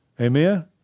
Amen